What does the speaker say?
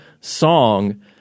song